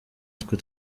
twe